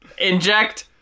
Inject